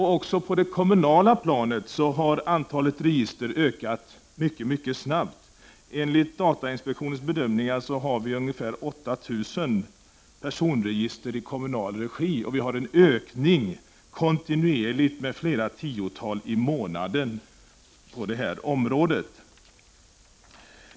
Även på det kommunala planet har antalet register ökat mycket snabbt. Enligt datainspektionens bedömning finns ungefär 8 000 personregister i kommunal regi, och det sker en kontinuerlig utökning med ett tiotal register i månaden.